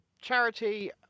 charity